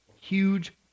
Huge